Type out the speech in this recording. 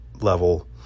level